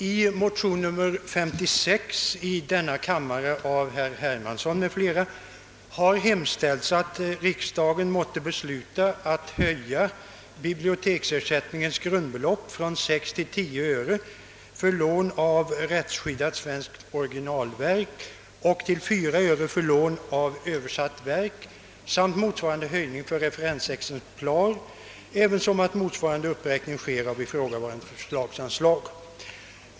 I motionen II:56 av herr Hermansson m.fl. har hemställts att riksdagen måtte besluta att höja biblioteksersättningens grundbelopp från 6 till 10 öre för lån av rättsskyddat svenskt originalverk och till 4 öre för lån av översatt verk samt motsvarande höjning av referensexemplar ävensom att motsvarande uppräkning sker av ifrågavarande förslagsanslag.